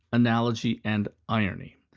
analogy, and irony.